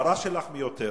ההערה שלך מיותרת,